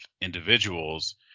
individuals